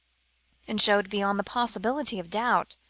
and showed beyond the possibility of doubt,